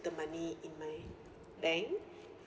the money in my bank